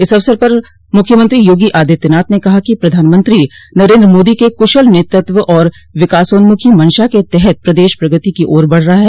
इस अवसर पर मुख्यमंत्री योगी आदित्यनाथ ने कहा कि प्रधानमंत्री नरेन्द्र मोदी के कुशल नेतृत्व और विकासोन्मुखी मंशा के तहत प्रदेश प्रगति की ओर बढ़ रहा है